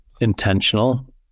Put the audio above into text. intentional